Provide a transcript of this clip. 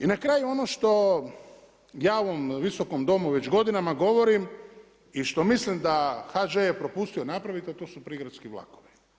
I na kraju ono što ja u ovom visokom domu već godinama govorim i što mislim da je HŽ propustio napraviti, a to su prigradski vlakovi.